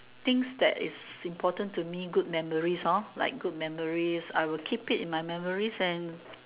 things that is important to me good memories hor like good memories I will keep it in my memories and